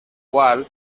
qual